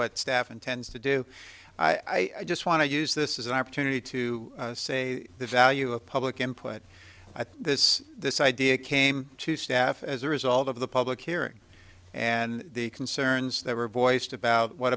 what staff intends to do i just want to use this is an opportunity to say the value of public input i thought this this idea came to staff as a result of the public hearing and the concerns that were voiced about what